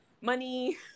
money